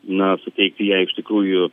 na suteikti jai iš tikrųjų